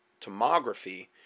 tomography